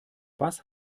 was